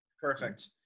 Perfect